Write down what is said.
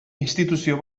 instituzio